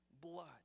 blood